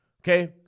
okay